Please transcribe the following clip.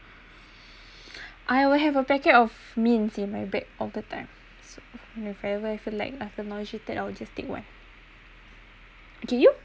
I will have a packet of mints in my bag all the time so whenever I fell like or nausea I will just take one okay you